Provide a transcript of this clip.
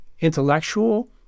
intellectual